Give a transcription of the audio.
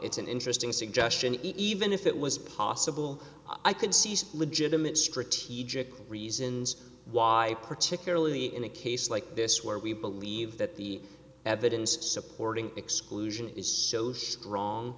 it's an interesting suggestion even if it was possible i could see some legitimate strategic reasons why particularly in a case like this where we believe that the evidence supporting exclusion is so strong